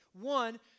One